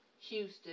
Houston